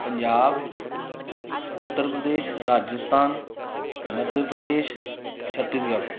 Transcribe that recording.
Punjab Uttar Pradesh Rajasthan Madhya Pradesh Chhattisgarh